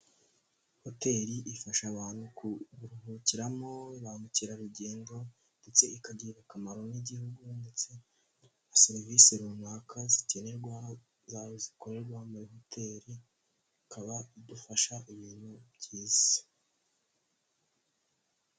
Hoteli ifasha abantu kuruhukiramo ba mukerarugendo ndetse ikagirira akamaro n'igihugu ndetse na serivisi runaka zikenerwa zaba zikorerwa muri hoteri ikaba idufasha ibintu byiza.